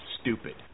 stupid